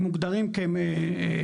הם מוגדרים כזכאים,